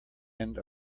end